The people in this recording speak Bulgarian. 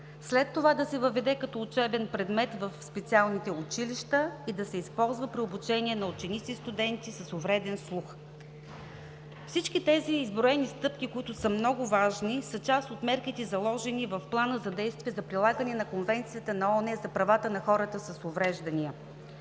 След това да се въведе като учебен предмет в специалните училища и да се използва при обучение на ученици и студенти с увреден слух. Всички тези изброени стъпки, които са много важни, са част от мерките заложени в Плана за действие за прилагане на Конвенцията на ООН за правата на хората с увреждания.